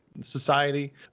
Society